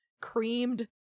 creamed